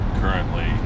currently